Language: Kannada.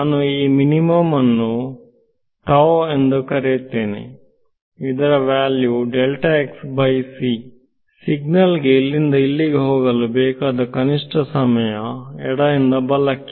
ನಾನು ಈ ಮಿನಿಮಮ್ ಅನ್ನು ಟಾವ್ ಎಂದು ಕರೆಯುತ್ತೇನೆ ಇದರ ವ್ಯಾಲ್ಯೂ ಸಿಗ್ನಲ್ ಗೆ ಇಲ್ಲಿಂದ ಇಲ್ಲಿಗೆ ಹೋಗಲು ಬೇಕಾದ ಕನಿಷ್ಠ ಸಮಯಎಡದಿಂದ ಬಲಕ್ಕೆ